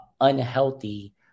unhealthy